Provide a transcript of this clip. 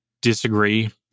disagree